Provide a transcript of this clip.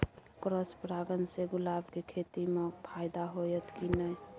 Cross परागण से गुलाब के खेती म फायदा होयत की नय?